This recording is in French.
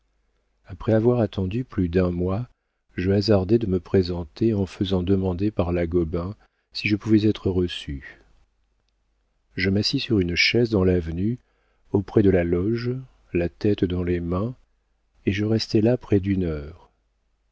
après avoir attendu plus d'un mois je hasardai de me présenter en faisant demander par la gobain si je pouvais être reçu je m'assis sur une chaise dans l'avenue auprès de la loge la tête dans les mains et je restai là près d'une heure